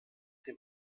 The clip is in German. dem